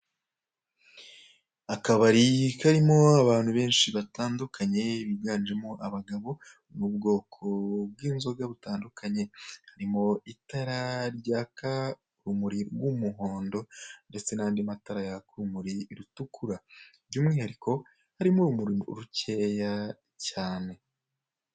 Akabari karimo abantu benshi batandikanye biganjemo abagabo n'ubwoko bw'inzoga butandukanye. Harimo amatara yaka urumuri r'umuhondo ndetse n'andi matara yako urumuri rutukura. By'umwihariko harimo urumuri rukeya cyane.